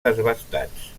desbastats